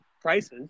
prices